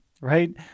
right